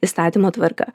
įstatymo tvarka